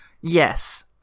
Yes